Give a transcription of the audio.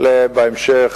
בהמשך,